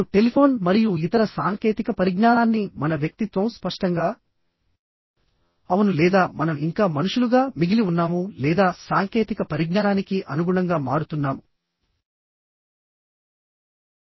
ఇప్పుడు టెలిఫోన్ మరియు ఇతర సాంకేతిక పరిజ్ఞానాన్ని మన వ్యక్తిత్వం స్పష్టంగా అవును లేదా మనం ఇంకా మనుషులుగా మిగిలి ఉన్నాము లేదా సాంకేతిక పరిజ్ఞానానికి అనుగుణంగా మారుతున్నాము